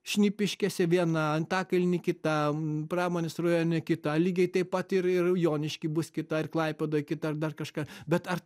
šnipiškėse viena antakalny kita pramonės rajone kita lygiai taip pat ir ir jonišky bus kita ir klaipėdoj kita ar dar kažką bet ar